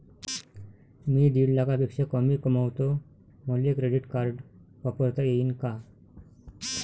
मी दीड लाखापेक्षा कमी कमवतो, मले क्रेडिट कार्ड वापरता येईन का?